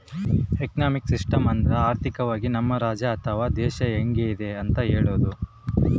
economic system ಅಂದ್ರ ಆರ್ಥಿಕವಾಗಿ ನಮ್ ರಾಜ್ಯ ಅಥವಾ ದೇಶ ಹೆಂಗಿದೆ ಅಂತ ಹೇಳೋದು